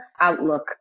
outlook